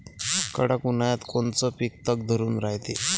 कडक उन्हाळ्यात कोनचं पिकं तग धरून रायते?